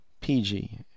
PG